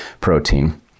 protein